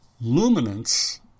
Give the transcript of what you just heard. luminance